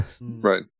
Right